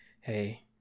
hey